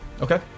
Okay